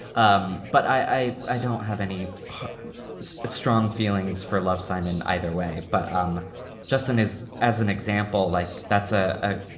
um but i i don't have any strong feelings for love, simon, either way. but um justin is as an example, like, that's a. ah